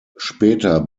später